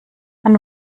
man